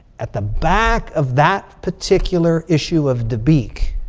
at the back of that particular issue of dabiq.